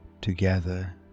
together